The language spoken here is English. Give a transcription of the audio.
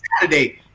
Saturday